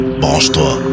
Branche-toi